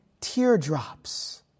teardrops